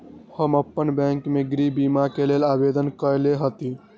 हम अप्पन बैंक में गृह बीमा के लेल आवेदन कएले हति